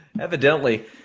Evidently